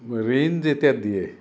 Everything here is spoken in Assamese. ঋণ যেতিয়া দিয়ে